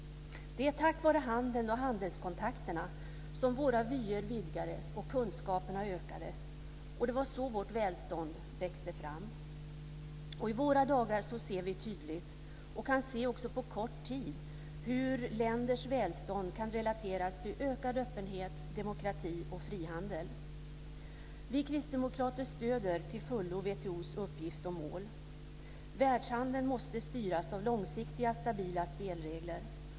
Det är tack vare handeln och handelskontakterna som våra vyer vidgades och kunskaperna ökades. Det var så vårt välstånd växte fram. I våra dagar ser vi tydligt, och kan också se på kort tid, hur länders välstånd kan relateras till ökad öppenhet, demokrati och frihandel. Vi kristdemokrater stöder till fullo WTO:s uppgift och mål. Världshandeln måste styras av långsiktiga stabila spelregler.